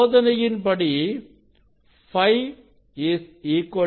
சோதனையின் படி Φ t l